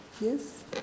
Yes